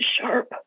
sharp